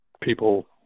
people